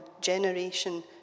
generation